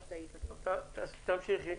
תמשיכי.